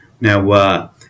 Now